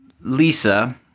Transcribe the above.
Lisa